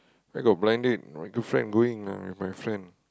where got blind date my girlfriend going ah with my friend